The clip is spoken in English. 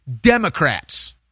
Democrats